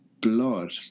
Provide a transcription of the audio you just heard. blood